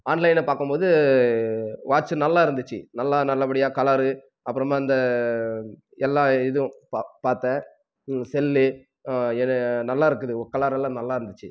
ஆன்லைனில் பார்க்கும் போது வாட்ச் நல்லா இருந்துச்சு நல்லா நல்லபடியாக கலரு அப்புறமா இந்த எல்லா இதுவும் பா பார்த்தேன் செல்லு ஏ நல்லாயிருக்குது கலர் எல்லாம் நல்லாயிருந்துச்சு